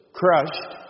crushed